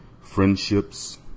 friendships